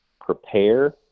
prepare